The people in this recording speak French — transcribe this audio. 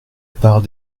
part